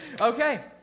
okay